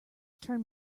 turn